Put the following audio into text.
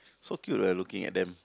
so cute right looking at them